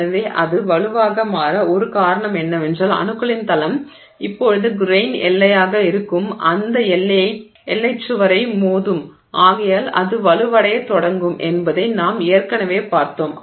எனவே அது வலுவாக மாற ஒரு காரணம் என்னவென்றால் அணுக்களின் தளம் இப்போது கிரெய்ன் எல்லையாக இருக்கும் அந்த எல்லைச் சுவரை மோதும் ஆகையால் அது வலுவடையத் தொடங்கும் என்பதை நாம் ஏற்கனவே பார்த்தோம்